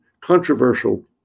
controversial